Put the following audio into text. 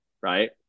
Right